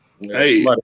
Hey